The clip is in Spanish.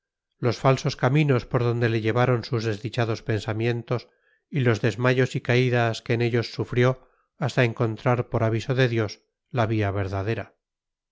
los falsos caminos por donde le llevaron sus desdichados pensamientos y los desmayos y caídas que en ellos sufrió hasta encontrar por aviso de dios la vía verdadera